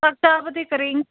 ꯆꯥꯛ ꯆꯥꯕꯗꯤ ꯀꯔꯤ